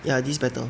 ya this better